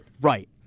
Right